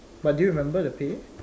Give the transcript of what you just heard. but do you remember the pay